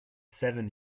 seven